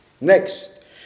Next